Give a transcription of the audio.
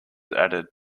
added